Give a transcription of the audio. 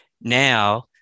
Now